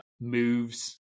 moves